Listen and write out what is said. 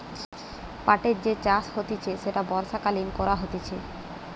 পাটের যে চাষ হতিছে সেটা বর্ষাকালীন করা হতিছে